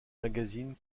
magazines